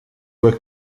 were